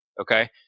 Okay